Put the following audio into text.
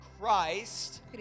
Christ